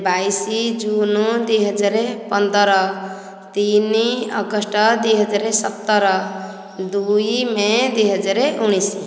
ବାଇଶ ଜୁନ ଦୁଇ ହଜାର ପନ୍ଦର ତିନି ଅଗଷ୍ଟ ଦୁଇ ହଜାର ସତର ଦୁଇ ମେ ଦୁଇ ହଜାର ଉଣେଇଶ